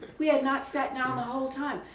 we had not sat down the whole time.